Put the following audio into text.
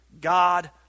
God